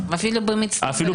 נכון,